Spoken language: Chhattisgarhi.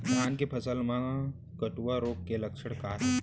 धान के फसल मा कटुआ रोग के लक्षण का हे?